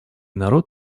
народ